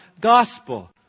gospel